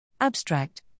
Abstract